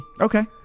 Okay